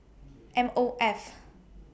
M O F